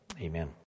amen